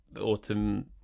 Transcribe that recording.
autumn